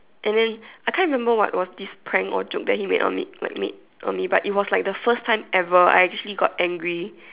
and then I can't remember what was this prank or joke that he made on me like made on me but it was like the first time ever I actually got angry